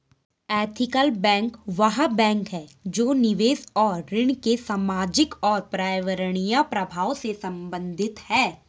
ethical bank वह bank है जो निवेश और ऋण के सामाजिक और पर्यावरणीय प्रभावों से संबंधित है